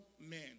men